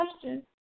question